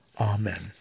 Amen